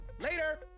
Later